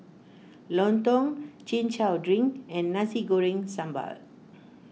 Lontong Chin Chow Drink and Nasi Goreng Sambal